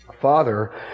Father